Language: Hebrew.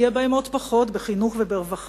יהיה בהם עוד פחות בחינוך וברווחה,